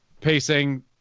pacing